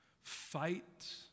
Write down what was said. fight